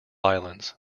islands